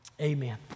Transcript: amen